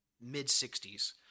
mid-60s